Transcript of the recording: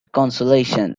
consolation